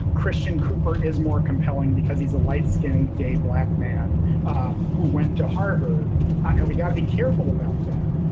christian cooper is more compelling because he's a light skinned gay black man um who went to harvard and we got to be careful about that.